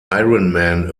ironman